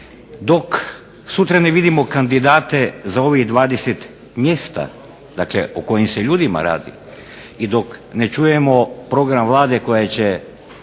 Dok sutra ne vidimo kandidate za ovih 20 mjesta, dakle o kojim se ljudima radi, i dok ne čujemo program Vlade koji će